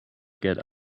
get